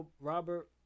Robert